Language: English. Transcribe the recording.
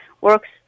works